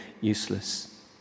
Useless